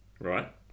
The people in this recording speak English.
right